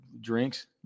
Drinks